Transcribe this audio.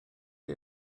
chi